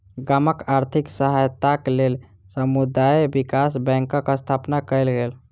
गामक आर्थिक सहायताक लेल समुदाय विकास बैंकक स्थापना कयल गेल